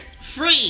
Free